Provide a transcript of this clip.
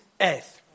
earth